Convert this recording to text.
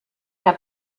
herr